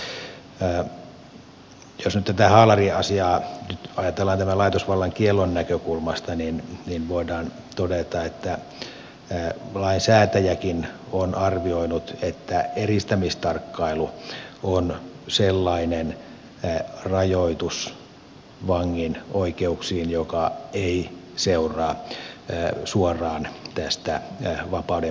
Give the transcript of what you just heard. jos nyt tätä haalariasiaa ajatellaan tämän laitosvallan kiellon näkökulmasta niin voidaan todeta että lainsäätäjäkin on arvioinut että eristämistarkkailu on vangin oikeuksiin sellainen rajoitus joka ei seuraa suoraan tästä vapauden menetyksestä